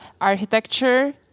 architecture